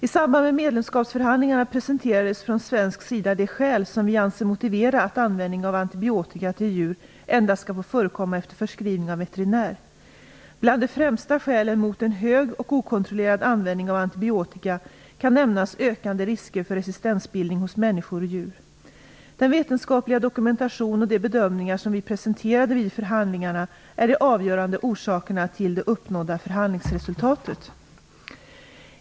I samband med medlemskapsförhandlingarna presenterades från svensk sida de skäl som vi anser motiverar att användning av antibiotika till djur endast skall få förekomma efter förskrivning av veterinär. Bland de främsta skälen mot en hög och okontrollerad användning av antibiotika kan nämnas ökade risker för resistensbildning hos människor och djur. Den vetenskapliga dokumentation och de bedömningar som vi presenterade vid förhandlingarna är de avgörande orsakerna till det uppnådda förhandlingsresultatet.